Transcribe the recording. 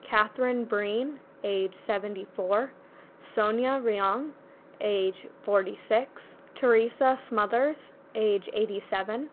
kathryn breen age seventy four sonia riang age forty six, theresa smothers age eighty seven